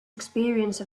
experience